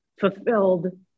fulfilled